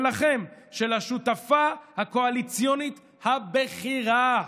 שלכם, של השותפה הקואליציונית הבכירה.